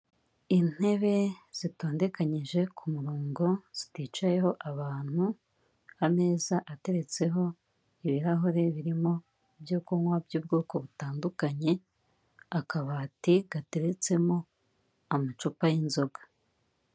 Intebe zitondeganyije ku murongo ziticayeho abantu, ameza ateretseho ibirahure birimo ibyo kunywa by'ubwoko butandukanye, akabati gateretsemo amacupa y'inzoga.